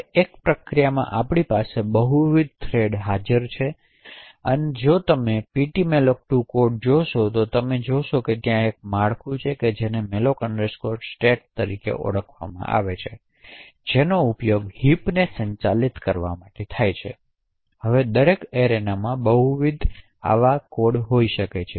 હવે એક પ્રક્રિયામાં આપણી પાસે બહુવિધ થ્રેડ છે જે હાજર છે હવે જો તમે ptmalloc2 કોડ જોશો તો તમે જોશો કે ત્યાં એક માળખું છે જેને malloc state તરીકે ઓળખાય છે જેનો ઉપયોગ હિપને સંચાલિત કરવા માટે થાય છે હવે દરેક એરેનામાં બહુવિધહોઈ શકે છે